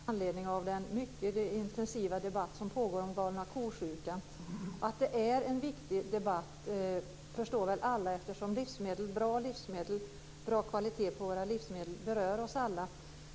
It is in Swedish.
Fru talman! Jag vill ställa en fråga till Margareta Winberg med anledning av den mycket intensiva debatt som pågår om galna ko-sjukan. Att det är en viktig debatt förstår väl alla, eftersom bra kvalitet på våra livsmedel berör oss alla.